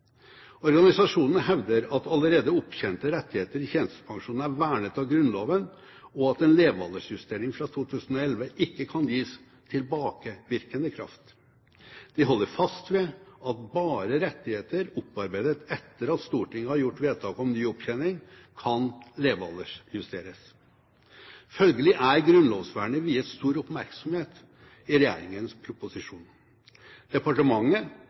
Organisasjonene hevder at allerede opptjente rettigheter i tjenestepensjonen er vernet av Grunnloven, og at en levealdersjustering fra 2011 ikke kan gis tilbakevirkende kraft. De holder fast ved at bare rettigheter opparbeidet etter at Stortinget har gjort vedtak om ny opptjening, kan levealdersjusteres. Følgelig er grunnlovsvernet viet stor oppmerksomhet i regjeringens proposisjon. Departementet